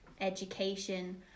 education